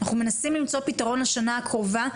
אנחנו מנסים למצוא פתרון לשנה הקרובה,